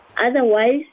otherwise